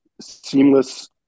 seamless